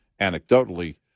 anecdotally